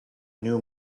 new